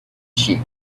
sheep